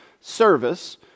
service